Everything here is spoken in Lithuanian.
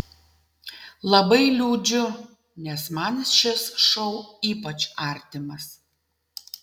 labai liūdžiu nes man šis šou ypač artimas